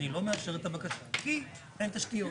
אני לא מאשרת את הבקשה כי אין תשתיות.